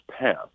path